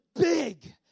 big